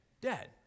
dead